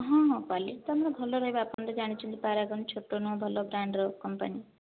ହଁ ହଁ କ୍ୱାଲିଟି ତ ଆମର ଭଲ ରହିବ ଆପଣ ଜାଣିଛନ୍ତି ପରାଗନ ଛୋଟ ନୁହେଁ ଭଲ ବ୍ରାଣ୍ଡ ର କମ୍ପାନୀ